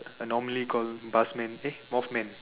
a normally called buzz man eh moth man